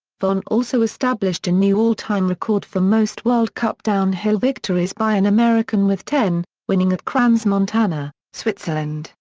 vonn also established a new all-time record for most world cup downhill victories by an american with ten, winning at crans-montana, switzerland,